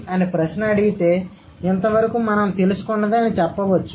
అని ప్రశ్న అడిగితే ఇంత వరకు మనం తెలుసుకున్నది చెప్పవచ్చు